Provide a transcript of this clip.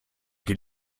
der